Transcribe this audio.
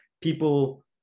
people